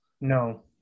No